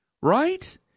Right